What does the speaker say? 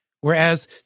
Whereas